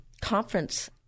conference